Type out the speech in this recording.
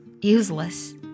Useless